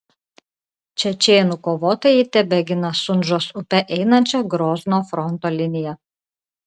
čečėnų kovotojai tebegina sunžos upe einančią grozno fronto liniją